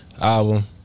Album